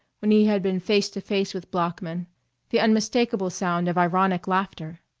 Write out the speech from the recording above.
when he had been face to face with bloeckman the unmistakable sound of ironic laughter.